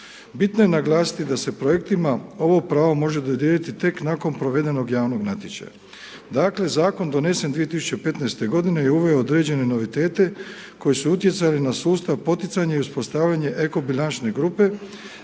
Bitno je naglasiti da se projektima ovo pravo može dodijeliti tek nakon provedenog javnog natječaja. Dakle zakon donesen 2015. godine je uveo određene novitete koji su utjecali na sustav poticanja i uspostavljanje eko bilančne grupe